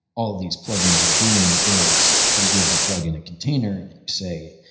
all of these plugins are doing is you give the plugin a container and you say,